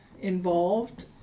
involved